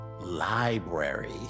library